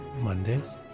Mondays